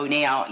now